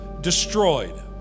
destroyed